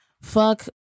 Fuck